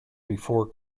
before